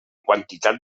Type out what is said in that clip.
quantitat